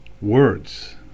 words